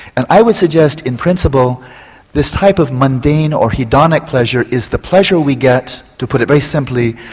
and i would suggest in principle this type of mundane or hedonic pleasure is the pleasure we get, to put it very simply,